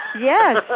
Yes